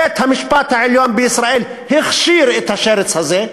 בית-המשפט העליון בישראל הכשיר את השרץ הזה,